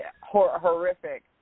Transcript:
horrific